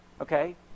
Okay